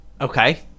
okay